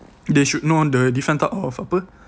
they should know the different type of apa